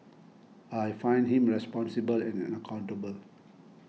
I find him responsible and an accountable